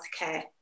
healthcare